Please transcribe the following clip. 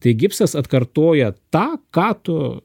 tai gipsas atkartoja tą ką tu